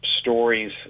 stories